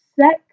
sex